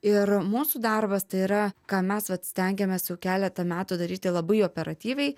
ir mūsų darbas tai yra ką mes stengiamės jau keletą metų daryti labai operatyviai